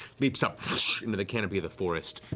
leaps up into the canopy of the forest,